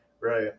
right